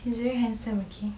he's very handsome okay